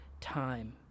time